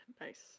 Nice